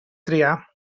triar